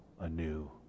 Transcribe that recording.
anew